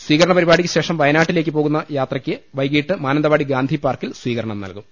സ്വീകരണ പരിപാടിക്ക് ശേഷം വയനാട്ടിലേക്ക് പോകുന്ന യാത്രയ്ക്ക് വൈകീട്ട് മാന ന്തവാടി ഗാന്ധിപാർക്കിൽ സ്വീകരണ നൽകും